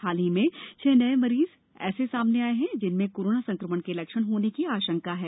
हाल ही में छह नए मरीज ऐसे सामने आए हैं जिनमें कोरोना संक्रमण के लक्षण होने की आशंका है